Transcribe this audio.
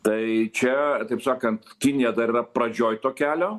tai čia taip sakant kinija dar yra pradžioj to kelio